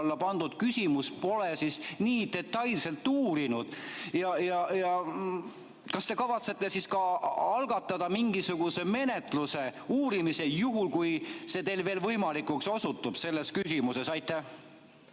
tähelepanu alla pandud küsimust pole nii detailselt uurinud? Kas te kavatsete algatada mingisuguse menetluse, uurimise, juhul kui see teil veel võimalikuks osutub selles küsimuses? Aitäh,